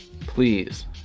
please